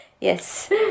Yes